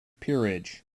peerage